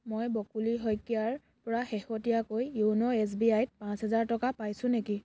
মই বকুলি শইকীয়াৰ পৰা শেহতীয়াকৈ য়োন' এছ বি আই ত পাঁচ হেজাৰ টকা পাইছোঁ নেকি